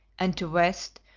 and to west,